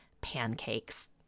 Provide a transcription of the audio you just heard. pancakes